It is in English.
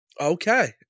Okay